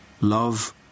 Love